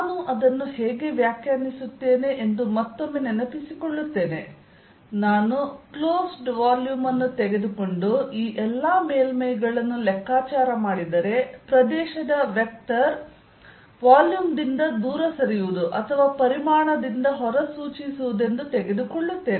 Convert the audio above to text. ನಾನು ಅದನ್ನು ಹೇಗೆ ವ್ಯಾಖ್ಯಾನಿಸುತ್ತೇನೆ ಎಂದು ಮತ್ತೊಮ್ಮೆ ನೆನಪಿಸಿಕೊಳ್ಳುತ್ತೇನೆ ನಾನು ಕ್ಲೋಸ್ಡ್ ವಾಲ್ಯೂಮ್ ಅನ್ನು ತೆಗೆದುಕೊಂಡು ಈ ಎಲ್ಲಾ ಮೇಲ್ಮೈಗಳನ್ನು ಲೆಕ್ಕಾಚಾರ ಮಾಡಿದರೆ ಪ್ರದೇಶದ ವೆಕ್ಟರ್ ವಾಲ್ಯೂಮ್ ದಿಂದ ದೂರ ಸರಿಯುವುದು ಅಥವಾ ಪರಿಮಾಣದಿಂದ ಹೊರ ಸೂಚಿಸುವುದೆಂದು ತೆಗೆದುಕೊಳ್ಳುತ್ತೇನೆ